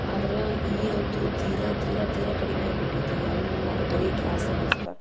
ಆದ್ರೆ ಈಗ ಅಂತೂ ತೀರಾ ತೀರ ತೀರ ಕಡಿಮೆ ಆಗ್ಬಿಟ್ಟೈತಿ ಈಗ ಎಲ್ಲರೂ ಬರೀ ಗ್ಯಾಸ ಬಳ್ಸ್ತಾರೆ